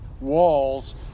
walls